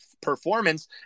performance